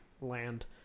Land